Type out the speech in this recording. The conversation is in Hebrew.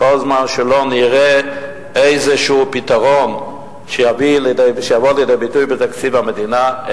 כל זמן שלא נראה איזשהו פתרון שיבוא לידי ביטוי בתקציב המדינה,